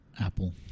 apple